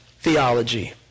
theology